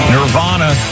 Nirvana